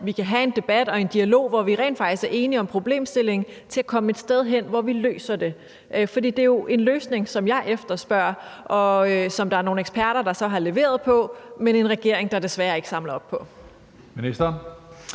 vi kan have en debat og en dialog, hvor vi rent faktisk er enige om problemstillingen, til at komme et sted hen, hvor vi løser det? For det er jo en løsning, som jeg efterspørger, og som der er nogle eksperter der så har leveret på. Men der er en regering, der desværre ikke samler op på det.